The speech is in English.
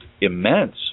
immense